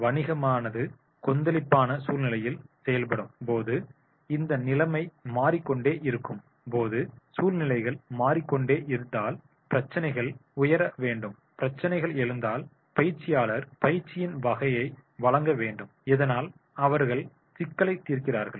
வணிகமானது கொந்தளிப்பான சூழ்நிலையில் செயல்படும் போது இந்த நிலைமை மாறிக்கொண்டே இருக்கும் போது சூழ்நிலைகள் மாறிக்கொண்டே இருந்தால் பிரச்சினைகள் உயர வேண்டும் பிரச்சினைகள் எழுந்தால் பயிற்சியாளர் பயிற்சியின் வகையை வழங்க வேண்டும் இதனால் அவர்கள் சிக்கலை தீர்க்கிறார்கள்